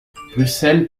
bruxelles